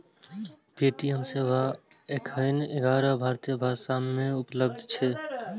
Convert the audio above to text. Paytm सेवा एखन ग्यारह भारतीय भाषा मे उपलब्ध छै